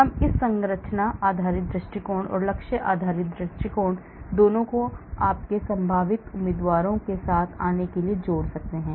हम इन संरचना आधारित दृष्टिकोण और लक्ष्य आधारित दृष्टिकोण दोनों को आपके संभावित उम्मीदवारों के साथ आने के लिए भी जोड़ सकते हैं